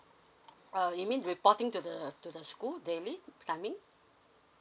uh you mean reporting to the to the school daily timing